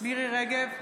מירי מרים רגב,